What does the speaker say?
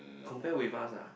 compare with us ah